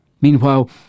Meanwhile